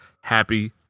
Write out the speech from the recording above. happy